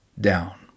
down